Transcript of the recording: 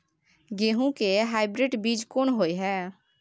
गेहूं के हाइब्रिड बीज कोन होय है?